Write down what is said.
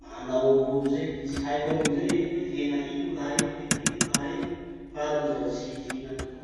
manao avao zay. Tsy haiko amizay hoe hena ino raha iny hena iny, farany zaho tsy hihina anizao aho.